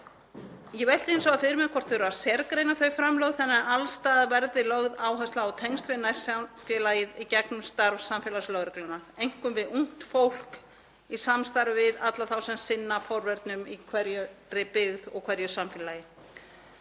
Ég velti hins vegar fyrir mér hvort þurfi að sérgreina þau framlög þannig að alls staðar verði lögð áhersla á tengsl við nærsamfélagið í gegnum starf samfélagslögreglunnar, einkum við ungt fólk í samstarfi við alla þá sem sinna forvörnum í hverri byggð og hverju samfélagi.